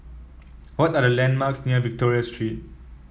what are the landmarks near Victoria Street